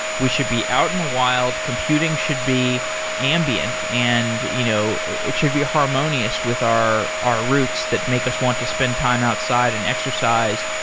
we should be out in the wild. computing should be ambient, and you know it should be harmonious with our our roots that make us want to spend time outside and exercise.